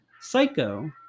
Psycho